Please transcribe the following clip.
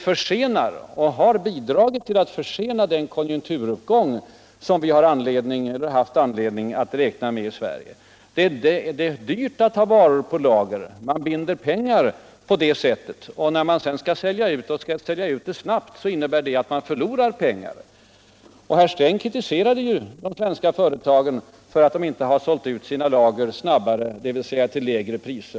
Lagerstödet har bidragit till att försena den konjunkturuppgäng som vi haft anledning att räkna med 1 Sverige. Doet är dyrt att ha varor på lager - man binder pengar på det sättet — och när man skall sälja ut lagren och skall göra det snabbt innebär det att man förlorar pengar. Herr Sträng kritiserude ju de svenska företagen för avt de inte har sålt ut sina lager snabbarc, dvs. tull lägre priser.